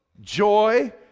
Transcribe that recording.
joy